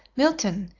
milton,